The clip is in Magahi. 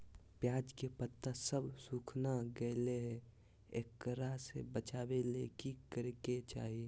प्याज के पत्ता सब सुखना गेलै हैं, एकरा से बचाबे ले की करेके चाही?